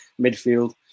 midfield